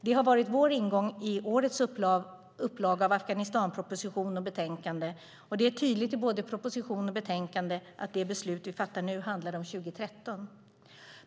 Det har varit vår ingång i årets upplaga av Afghanistanproposition och betänkande, och det är tydligt i både proposition och betänkande att det beslut som vi fattar handlar om 2013.